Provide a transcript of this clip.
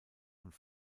und